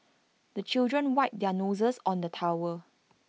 the children wipe their noses on the towel